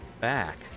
back